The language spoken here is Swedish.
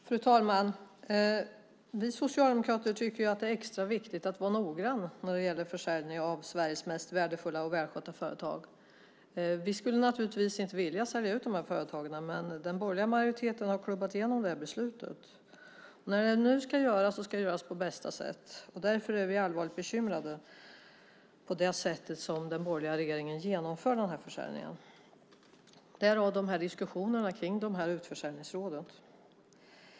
Fru talman! Vi socialdemokrater tycker att det är extra viktigt att vara noggrann när det gäller försäljning av Sveriges mest värdefulla och välskötta företag. Vi skulle naturligtvis inte vilja sälja ut dessa företag, men den borgerliga majoriteten har klubbat igenom detta beslut. När det nu ska göras, ska det göras på bästa sätt. Därför är vi allvarligt bekymrade över det sätt som den borgerliga regeringen genomför denna försäljning, därav dessa diskussioner kring utförsäljningsrådet.